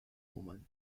woman